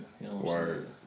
Word